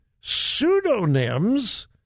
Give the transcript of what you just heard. pseudonyms